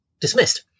dismissed